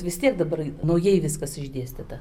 vis tiek dabar naujai viskas išdėstyta